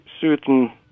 certain